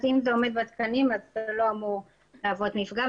אם זה עומד בתקנים אז זה לא אמור להוות מפגע.